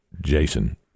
Jason